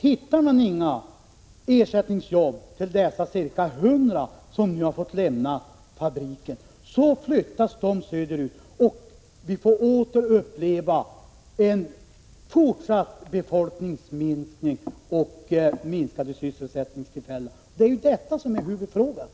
Hittar man inga ersättningsjobb till de ca 100 personer som nu har fått